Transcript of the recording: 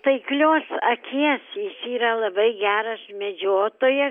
taiklios akies jis yra labai geras medžiotojas